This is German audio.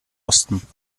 osten